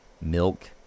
milk